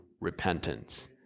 repentance